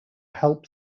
help